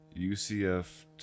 UCF